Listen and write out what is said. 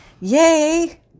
Yay